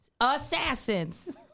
Assassins